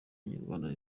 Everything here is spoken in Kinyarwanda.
inyarwanda